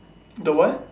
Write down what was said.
the what